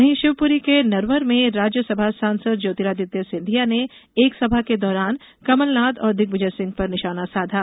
वहीं शिवपुरी के नरवर मे राज्य सभा सांसद ज्योतिरादित्य सिंधिया ने एक सभा के दौरान कमलनाथ और दिग्विजय सिंह पर निशाना साधा